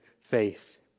faith